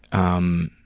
um.